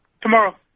Tomorrow